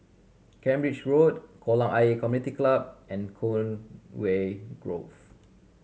Cambridge Road Kolam Ayer Community Club and Conway Grove